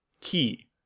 key